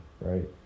Right